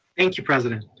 thank you, president.